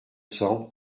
cents